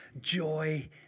joy